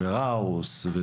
ראוס,